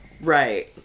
Right